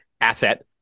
asset